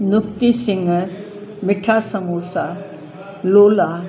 नुक्ती सिङर मिठा समोसा लोला